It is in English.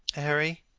harry,